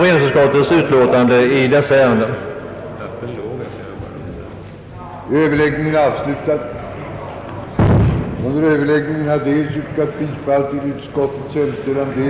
Herr talmannen yttrade, att han efter samråd med andra kammarens talman finge föreslå, att första kammaren ville besluta att vid sammanträde onsdagen den 19 innevarande månad företaga val av valmän och suppleanter för utseende av en riksdagens ombudsman.